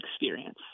experience